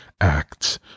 acts